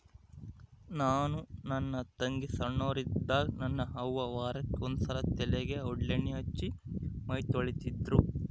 ನಾನು ನನ್ನ ತಂಗಿ ಸೊಣ್ಣೋರಿದ್ದಾಗ ನನ್ನ ಅವ್ವ ವಾರಕ್ಕೆ ಒಂದ್ಸಲ ತಲೆಗೆ ಔಡ್ಲಣ್ಣೆ ಹಚ್ಚಿ ಮೈತೊಳಿತಿದ್ರು